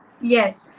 Yes